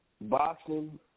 boxing